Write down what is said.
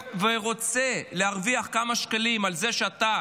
ורוצה להרוויח כמה שקלים על זה שאתה